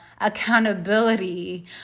accountability